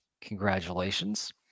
Congratulations